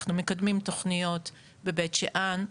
אנחנו מקדמים תכניות בבית שאן,